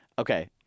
Okay